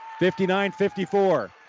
59-54